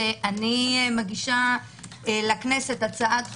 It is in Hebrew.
אני מגישה לכנסת הצעת חוק,